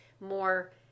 more